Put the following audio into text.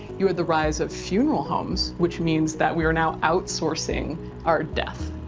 you had the rise of funeral homes, which means that we are now outsourcing our death.